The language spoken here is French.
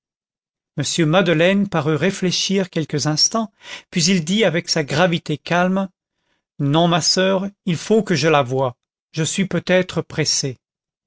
m madeleine parut réfléchir quelques instants puis il dit avec sa gravité calme non ma soeur il faut que je la voie je suis peut-être pressé